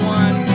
one